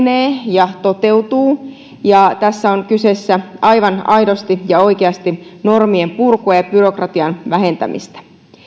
ja toteutuu ja tässä on kyseessä aivan aidosti ja oikeasti normien purkua ja byrokratian vähentämistä